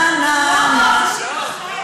נה,